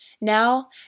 Now